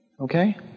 Okay